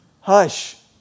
hush